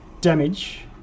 damage